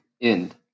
end